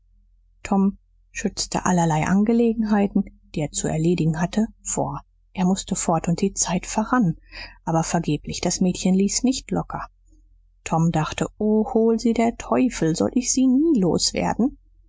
tom schützte allerlei angelegenheiten die er zu erledigen hatte vor er mußte fort und die zeit verrann aber vergeblich das mädel ließ nicht locker tom dachte o hol sie der teufel soll ich sie nie los werden